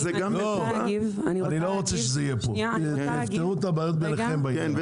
תפתרו את הבעיות ביניכם בעניין.